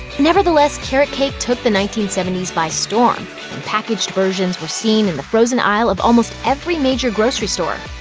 nevertheless, carrot cake took the nineteen seventy s by storm and packaged versions were seen in the frozen aisle of almost every major grocery store.